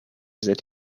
that